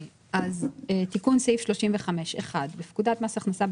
אני קוראת: תיקון סעיף 351. בפקודת מס הכנסה,